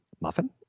muffin